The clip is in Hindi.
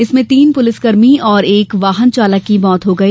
इसमें तीन पुलिस कर्मी और एक वाहनचालक की मौत हो गई